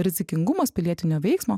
rizikingumas pilietinio veiksmo